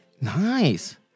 Nice